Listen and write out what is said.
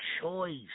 choice